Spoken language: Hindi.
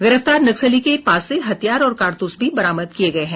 गिरफ्तार नक्सली के पास से हथियार और कारतूस भी बरामद किया गया है